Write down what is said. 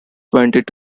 granted